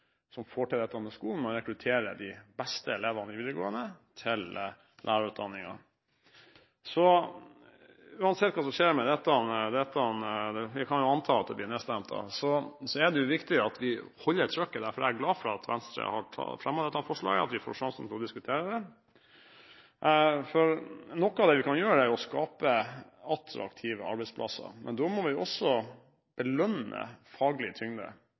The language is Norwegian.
som får til dette med skolen, og rekrutterer de beste elevene i videregående til lærerutdanningen. Uansett hva som skjer med dette – vi kan jo anta at det blir nedstemt – er det viktig at vi holder trykket. Derfor er jeg glad for at Venstre har fremmet dette forslaget, og at vi får sjansen til å diskutere det. Noe av det vi kan gjøre, er å skape attraktive arbeidsplasser, men da må vi også belønne faglig tyngde.